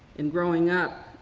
and growing up,